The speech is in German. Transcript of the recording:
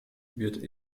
wird